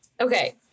Okay